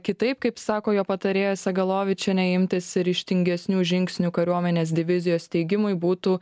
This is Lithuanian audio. kitaip kaip sako jo patarėja segalovičienė imtis ryžtingesnių žingsnių kariuomenės divizijos steigimui būtų